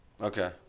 Okay